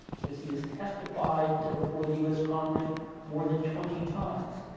because he has testified before the u s. congress more than twenty times.